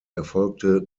erfolgte